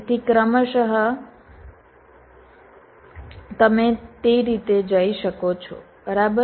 તેથી કમશ તમે રીતે જઈ શકો છો બરાબર